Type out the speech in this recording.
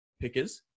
pickers